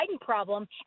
problem